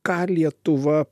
ką lietuva